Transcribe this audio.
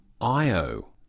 Io